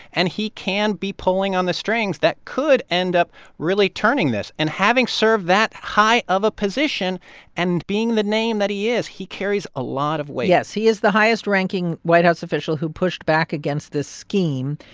and he can be pulling on the strings that could end up really turning this. and having served that high of a position and being the name that he is, he carries a lot of weight yes, he is the highest-ranking white house official who pushed back against this scheme.